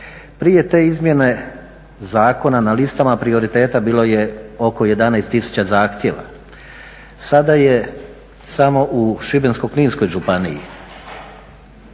Prije te izmjene zakona na listama prioriteta bilo je oko 11 tisuća zahtjeva. Sada je samo u Šibensko-kninskoj županiji